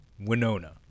Winona